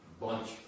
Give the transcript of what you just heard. bunch